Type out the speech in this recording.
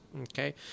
okay